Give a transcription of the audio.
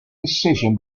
decision